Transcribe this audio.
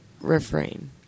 refrain